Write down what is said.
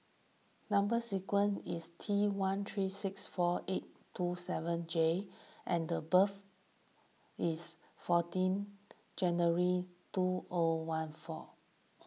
Number Sequence is T one three six four eight two seven J and the birth is fourteen January two O one four